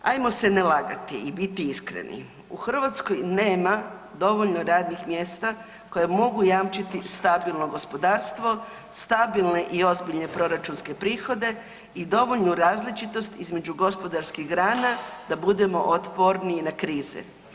Ajmo se ne lagati i biti iskreni u Hrvatskoj nema dovoljno radnih mjesta koja mogu jamčiti stabilno gospodarstvo, stabilne i ozbiljne proračunske prihode i dovoljnu različitost između gospodarskih grana da budemo otporniji na krize.